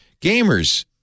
Gamers